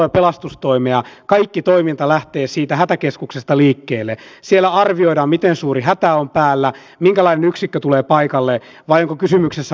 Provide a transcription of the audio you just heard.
ja teille jotka olette tulleet äskeisen kertomukseni jälkeen sanon että sen jälkeen kun tämä lista on käyty läpi menemme takaisin oikeusministeriön hallinnonalan puhujalistaan ja siitä sitten numerojärjestyksessä nämä pääluokat mitkä ovat jääneet puhumatta